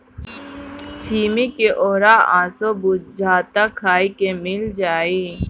छिम्मी के होरहा असो बुझाता खाए के मिल जाई